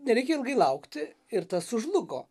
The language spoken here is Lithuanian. nereikia ilgai laukti ir tas sužlugo